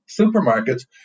supermarkets